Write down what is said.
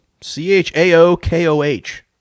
C-H-A-O-K-O-H